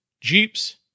Jeeps